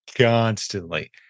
constantly